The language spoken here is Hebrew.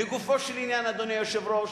לגופו של עניין, אדוני היושב-ראש,